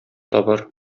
табар